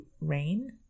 rain